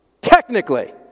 Technically